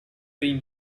been